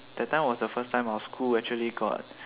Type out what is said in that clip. that time was the first time our school actually got